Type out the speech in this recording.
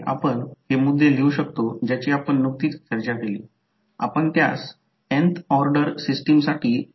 म्हणून म्हणूनच डॉट उलटे करणे किंवा दोन्ही वाइंडिंगमध्ये करंट किंवा व्होल्टेजची गृहित दिशा उलट करणे यामुळे समीकरण 1 मध्ये म्युच्युअल टर्मचे चिन्ह बदलेल